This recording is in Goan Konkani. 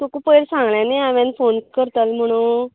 तुका पयर सांगला न्ही हांवेन फोन करतलें म्हणून